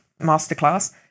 masterclass